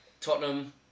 Tottenham